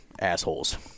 assholes